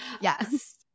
Yes